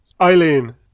Eileen